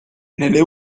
nelle